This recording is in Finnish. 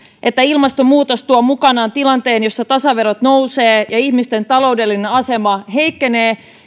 että ilmastonmuutos tuo mukanaan tilanteen jossa tasaverot nousevat ja ja ihmisten taloudellinen asema heikkenee